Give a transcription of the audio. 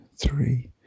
three